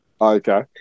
Okay